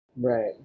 Right